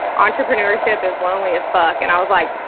entrepreneurship is lonely as fuck. and i was like,